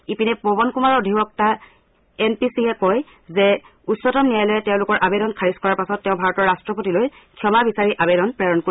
ইপিনে পৱন কুমাৰৰ অধিবক্তা এ পি সিঙে কয় যে উচ্চতম ন্যায়ালয়ে তেওঁলোকৰ আৱেদন খাৰিজ কৰাৰ পাছত তেওঁ ভাৰতৰ ৰাট্টপতিলৈ ক্ষমা বিচাৰি আৱেদন প্ৰেৰণ কৰিব